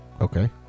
Okay